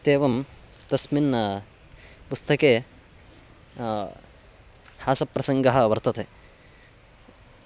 इत्येवं तस्मिन् पुस्तके हासप्रसङ्गः वर्तते